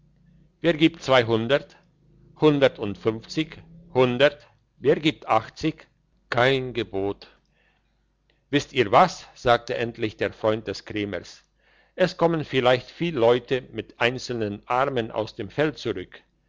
wer gibt zweihundert hundertundfünfzig hundert wer gibt achtzig kein gebot wisst ihr was sagte endlich der freund des krämers es kommen vielleicht viel leute mit einzechten armen aus dem feld zurück